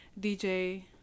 DJ